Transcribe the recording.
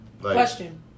Question